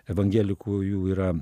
evangelikų jų yra